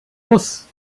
muss